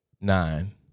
nine